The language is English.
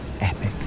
epic